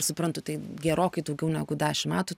suprantu tai gerokai daugiau negu dešimt metų